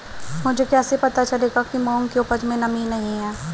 मुझे कैसे पता चलेगा कि मूंग की उपज में नमी नहीं है?